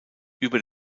über